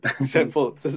Simple